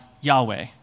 Yahweh